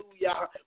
Hallelujah